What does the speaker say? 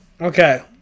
Okay